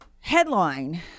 headline